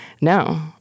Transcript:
no